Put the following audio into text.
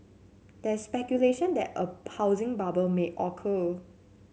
there speculation that a housing bubble may occur